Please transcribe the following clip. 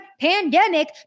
pandemic